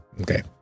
Okay